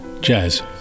jazz